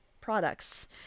products